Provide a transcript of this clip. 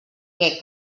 què